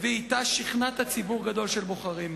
ואתה שכנעת ציבור גדול של בוחרים.